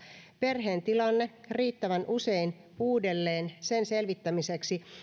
perheen tilanne riittävän usein uudelleen sen selvittämiseksi